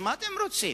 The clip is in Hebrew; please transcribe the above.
אז מה אתם רוצים?